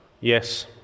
Yes